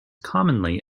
commonly